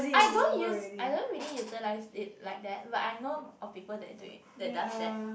I don't use I don't really utilize it like that but I know of people that do it that does that